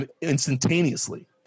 instantaneously